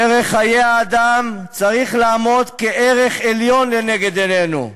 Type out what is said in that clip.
ערך חיי האדם צריך לעמוד כערך עליון לנגד עינינו.